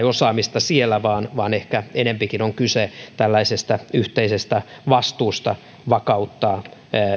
osaamista siellä vaan vaan ehkä enempikin on kyse tällaisesta yhteisestä vastuusta vakauttaa